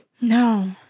No